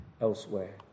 elsewhere